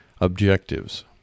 objectives